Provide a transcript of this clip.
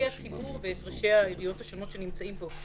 הציבור ואת ראשי הערים השונות שנמצאים פה,